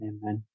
Amen